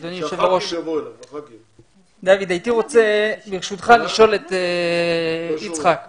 אדוני היושב ראש, הייתי רוצה לשאול את יצחק אוחנה.